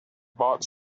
bought